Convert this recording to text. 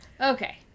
Okay